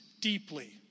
deeply